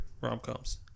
rom-coms